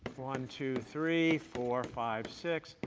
one, two three, four, five, six,